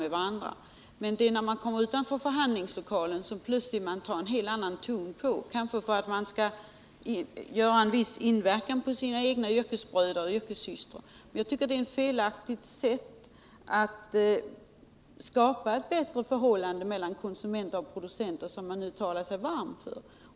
Men det är som om man, när man kommer utanför förhandlingslokalen, plötsligt använder en helt annan ton, kanske för att göra ett visst intryck på sina yrkesbröder och yrkessystrar. Men jag tycker det är ett felaktigt tillvägagångssätt när det gäller att skapa ett bättre förhållande mellan konsumenter och producenter — det som man nu talar sig varm för.